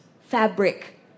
fabric